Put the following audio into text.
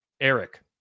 Eric